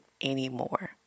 anymore